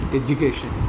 education